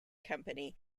company